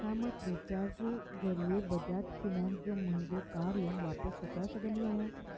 छा मां Freecharge ज़रिए बजाज फाइनेंस जो मुंहिंजो कार लोन वापसि चुकाए सघंदी आहियां